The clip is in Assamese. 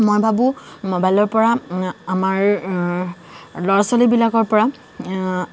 মই ভাবোঁ মোবাইলৰ পৰা আমাৰ ল'ৰা ছোৱালীবিলাকৰ পৰা